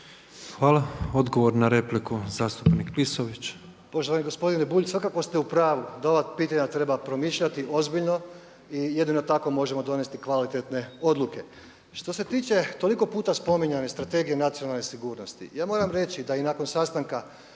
Hvala. Odgovor na repliku, zastupnik Klisović. **Klisović, Joško (SDP)** Poštovani gospodine Bulj svakako ste u pravu da ova pitanja treba promišljati ozbiljno i jedino tako možemo donijeti kvalitetne odluke. Što se tiče toliko puta spominjane Strategije nacionalne sigurnosti ja moram reći da i nakon sastanka